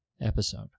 episode